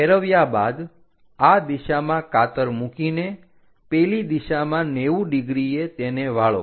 ફેરવ્યા બાદ આ દિશામાં કાતર મૂકીને પેલી દિશામાં 90 ડિગ્રીએ તેને વાળો